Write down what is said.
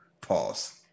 pause